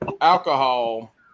alcohol